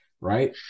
right